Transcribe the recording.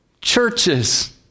churches